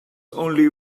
only